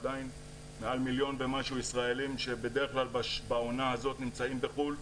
עדיין מעל מיליון ומשהו ישראלים שבדרך כלל בעונה הזאת נמצאים בחו"ל,